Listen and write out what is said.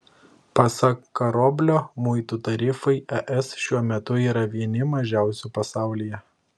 pasak karoblio muitų tarifai es šiuo metu yra vieni mažiausių pasaulyje